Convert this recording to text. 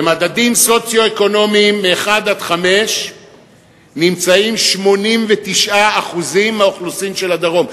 במדדים סוציו-אקונומיים מ-1 עד 5 נמצאים 89% מהאוכלוסין של הדרום,